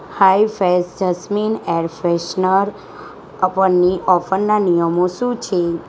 high fresh jasmine air freshener અપરની ઓફરના નિયમો શું છે